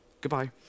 Goodbye